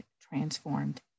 transformed